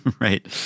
Right